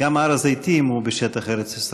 גם הר-הזיתים הוא בשטח ארץ-ישראל,